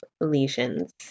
lesions